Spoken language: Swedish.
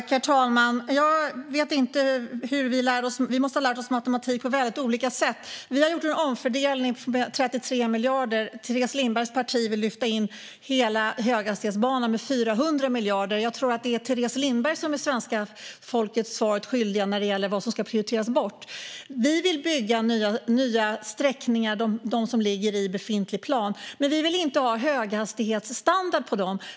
Herr talman! Teres Lindberg och jag måste ha lärt oss matematik på väldigt olika sätt. Vi moderater har gjort en omfördelning med 33 miljarder kronor. Teres Lindbergs parti vill lyfta in hela höghastighetsbanan med 400 miljarder kronor. Jag tror att det är Teres Lindberg som är svenska folket svaret skyldig när det gäller vad som ska prioriteras bort. Vi vill bygga nya sträckningar - de som ligger i befintlig plan. Men vi vill inte ha höghastighetsstandard på dem.